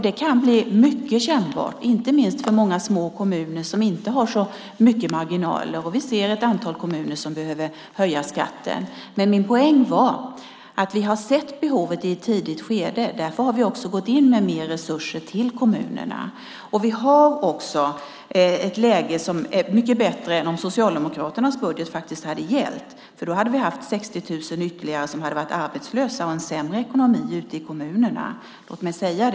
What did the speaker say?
Det kan bli mycket kännbart, inte minst för många små kommuner som inte har så mycket marginaler. Och vi ser ett antal kommuner som behöver höja skatten. Men min poäng var att vi har sett behovet i ett tidigt skede och därför gått in med mer resurser till kommunerna. Läget är mycket bättre än det hade varit om Socialdemokraternas budget hade gällt. Då hade ytterligare 60 000 varit arbetslösa och ekonomin ute i kommunerna varit sämre.